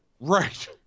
Right